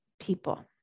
people